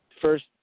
first